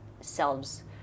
selves